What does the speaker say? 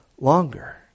longer